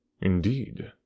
Indeed